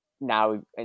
Now